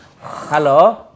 Hello